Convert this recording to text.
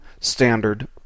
standard